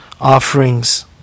offerings